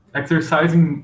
exercising